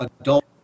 adult